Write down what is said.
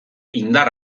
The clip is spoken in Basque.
indar